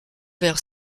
vers